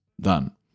done